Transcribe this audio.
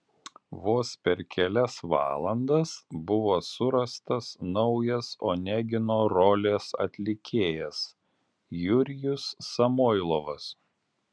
vos per kelias valandas buvo surastas naujas onegino rolės atlikėjas jurijus samoilovas